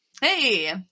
Hey